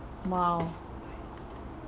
!wow!